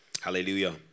Hallelujah